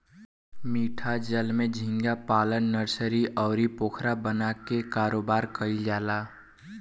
मीठा जल में झींगा पालन नर्सरी, अउरी पोखरा बना के कारोबार कईल जाला